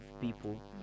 people